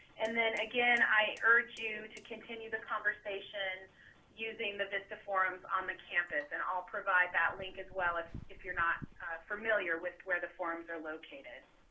and then, again, i urge you to continue the conversation using the vista forums on the campus, and i'll provide that link as well if if you're not familiar with where the forums are located.